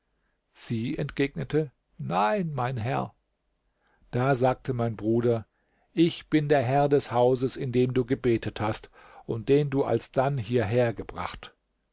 sie entgegnete nein mein herr da sagte mein bruder ich bin der herr des hauses in dem du gebetet hast und den du alsdann hierher gebracht